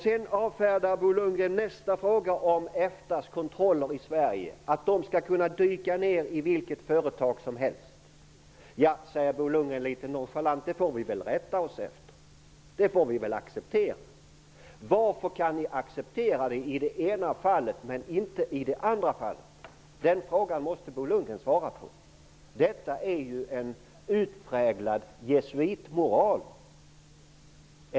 Sedan avfärdade Bo Lundgren nästa fråga om EFTA:s kontroller i Sverige, dvs. att EFTA skall kunna dyka ner på vilket företag som helst. Ja, säger Bo Lundgren litet nonchalant, det får vi väl rätta oss efter, det får vi väl acceptera. Varför kan ni acceptera det i det ena fallet men inte i det andra fallet? Den frågan måste Bo Lundgren svara på. Detta är ju en utpräglad jesuitmoral.